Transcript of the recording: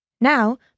Now